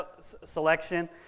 selection